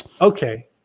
Okay